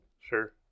Sure